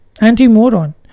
anti-moron